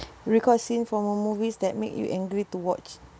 recall a scene from a movies that make you angry to watch